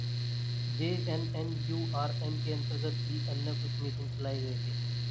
JNNURM के अंतर्गत भी अन्य कुछ मिशन चलाए गए थे